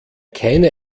keine